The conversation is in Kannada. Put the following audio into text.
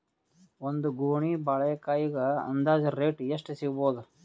ಒಂದ್ ಗೊನಿ ಬಾಳೆಕಾಯಿಗ ಅಂದಾಜ ರೇಟ್ ಎಷ್ಟು ಸಿಗಬೋದ?